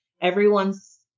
everyone's